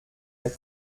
den